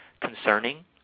concerning